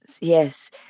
Yes